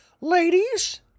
Ladies